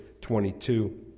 22